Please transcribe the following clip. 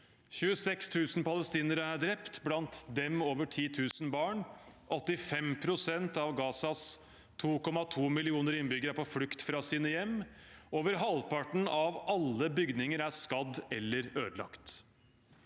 26 000 palestinere er drept, blant dem over 10 000 barn. 85 pst. av Gazas 2,2 millioner innbyggere er på flukt fra sine hjem. Over halvparten av alle bygninger er skadd eller ødelagt.